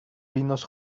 vinos